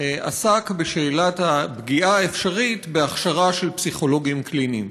עסק בשאלת הפגיעה האפשרית בהכשרה של פסיכולוגים קליניים.